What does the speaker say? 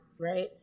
right